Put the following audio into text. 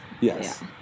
yes